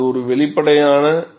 இது வெளிப்படையானது